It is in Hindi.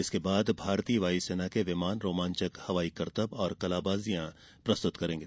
इसके बाद भारतीय वायुसेना के विमान रोमांचक हवाई करतब और कलाबाजियां पेष करेंगे